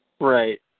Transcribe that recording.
Right